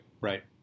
Right